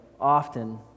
often